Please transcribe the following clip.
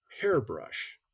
hairbrush